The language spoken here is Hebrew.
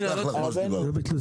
לא ביטלו.